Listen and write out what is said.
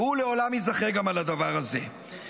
והוא לעולם ייזכר גם על הדבר הזה.